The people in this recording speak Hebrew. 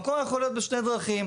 מקור יכול להיות בשתי דרכים.